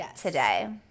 today